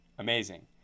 amazing